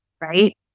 right